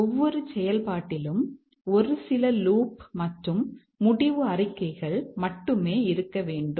ஒவ்வொரு செயல்பாட்டிலும் ஒரு சில லூப் மற்றும் முடிவு அறிக்கைகள் மட்டுமே இருக்க வேண்டும்